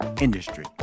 industry